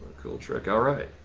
cool trick, all right.